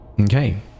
Okay